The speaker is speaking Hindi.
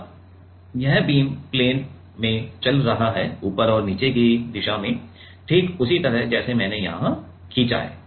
अब यह बीम प्लेन में चल रहा है ऊपर और नीचे की दिशा में ठीक उसी तरह जैसे मैंने यहां खींचा है